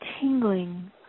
tingling